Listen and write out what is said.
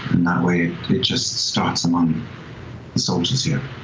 that way, it just starts among the soldiers here.